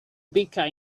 baker